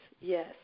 yes